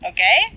Okay